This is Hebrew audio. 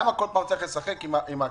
למה כל פעם צריך לשחק עם הכסף,